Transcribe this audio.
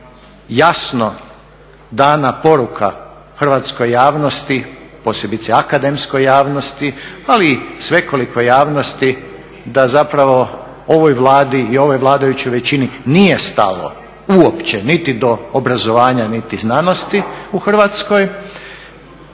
jasno dana poruka hrvatskoj javnosti, posebice akademskoj javnosti, ali i svekolikoj javnosti, da zapravo ovoj Vladi i ovoj vladajućoj većini nije stalo uopće niti do obrazovanja niti znanosti u Hrvatskoj,